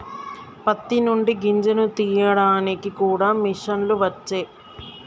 పత్తి నుండి గింజను తీయడానికి కూడా మిషన్లు వచ్చే